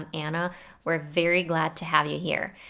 and we're very glad to have you here.